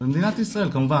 במדינת ישראל, כמובן.